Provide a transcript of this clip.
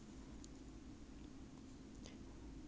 that one is a class participation quiz so it's fine